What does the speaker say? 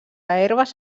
herbes